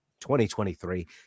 2023